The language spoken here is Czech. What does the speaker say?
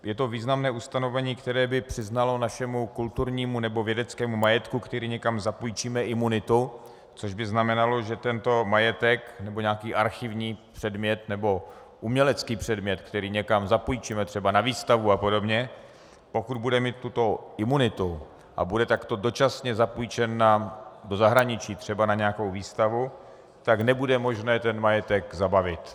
Je to významné ustanovení, které by přiznalo našemu kulturnímu nebo vědeckému majetku, který někam zapůjčíme, imunitu, což by znamenalo, že tento majetek nebo nějaký archivní předmět nebo umělecký předmět, který někam zapůjčíme, třeba na výstavu a podobně, pokud bude mít tuto imunitu a bude takto dočasně zapůjčen do zahraničí, třeba na nějakou výstavu, tak nebude možné ten majetek zabavit.